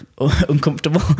uncomfortable